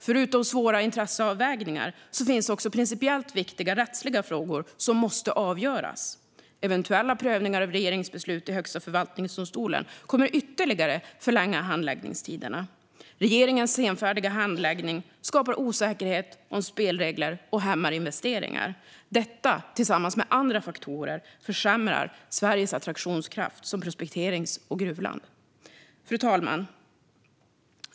Förutom svåra intresseavvägningar finns också principiellt viktiga rättsliga frågor som måste avgöras. Eventuella prövningar av regeringsbeslut i Högsta förvaltningsdomstolen kommer ytterligare att förlänga handläggningstiderna. Regeringens senfärdiga handläggning skapar osäkerhet om spelregler och hämmar investeringar. Detta tillsammans med andra faktorer försämrar Sveriges attraktionskraft som prospekterings och gruvland. Fru talman!